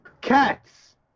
Cats